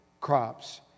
crops